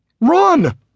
Run